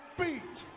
beat